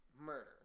murder